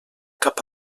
cap